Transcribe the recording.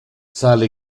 sale